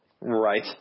Right